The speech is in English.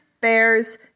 bears